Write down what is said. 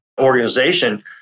organization